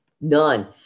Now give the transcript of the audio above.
None